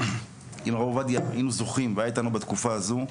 אם היינו זוכים והיה איתנו בתקופה הזו,